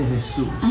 Jesus